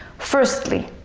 firstly,